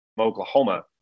Oklahoma